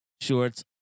shorts